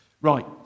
Right